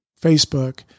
Facebook